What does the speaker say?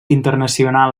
internacional